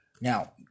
Now